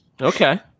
Okay